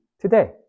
today